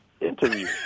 interview